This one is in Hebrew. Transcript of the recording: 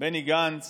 בני גנץ